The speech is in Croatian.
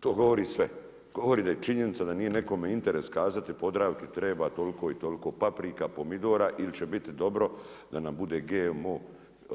To govori sve, govori da je činjenica da nije nekome interes kazati Podravki treba toliko i toliko paprika, pomidora ili će biti dobro da nam bude GMO